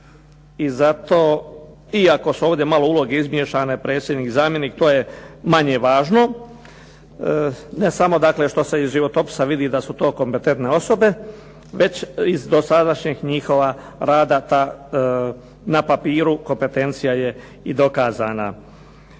i zato, iako su ovdje malo uloge izmiješane predsjednik, zamjenik to je manje važno ne samo, dakle što se i iz životopisa vidi da su to kompetentne osobe već iz dosadašnjeg njihova rada ta na papiru kompetencija je i dokazana.